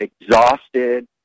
exhausted